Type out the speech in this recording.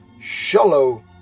shallow